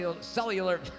cellular